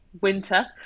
winter